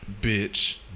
Bitch